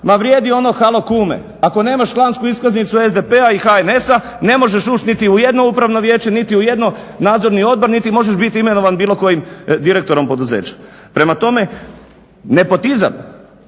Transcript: ma vrijedi ono halo kume. Ako nemaš člansku iskaznicu SDP i HNS ne možeš ući niti u jedno upravno vijeće, niti u jedan nadzorni odbor niti možeš biti imenovan bilo kojim direktorom poduzeća. Prema tome, nepotizam,